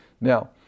Now